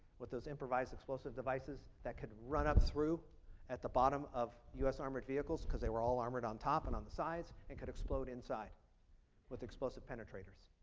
what those improvised explosive devices that could run up through at the bottom of us armored vehicles because they were all armored on top and on the sides and could explode inside with explosive penetrators.